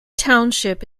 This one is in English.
township